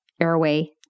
airway